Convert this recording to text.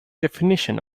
definition